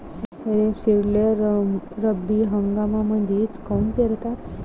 रेपसीडले रब्बी हंगामामंदीच काऊन पेरतात?